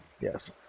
Yes